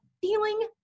feeling